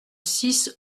six